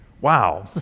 wow